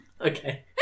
Okay